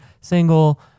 single